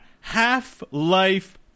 Half-Life